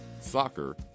soccer